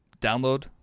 download